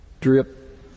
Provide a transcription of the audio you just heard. drip